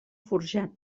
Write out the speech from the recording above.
forjat